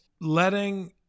letting